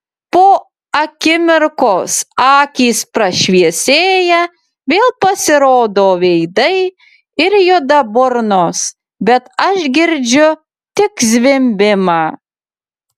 po akimirkos akys prašviesėja vėl pasirodo veidai ir juda burnos bet aš girdžiu tik zvimbimą